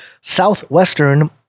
southwestern